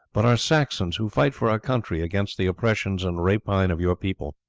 but are saxons, who fight for our country against the oppressions and rapine of your people.